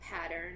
pattern